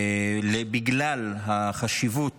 בגלל החשיבות